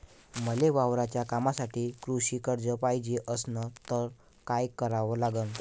मले वावराच्या कामासाठी कृषी कर्ज पायजे असनं त काय कराव लागन?